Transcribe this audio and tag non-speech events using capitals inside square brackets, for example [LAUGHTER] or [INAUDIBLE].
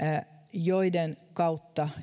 joiden kautta [UNINTELLIGIBLE]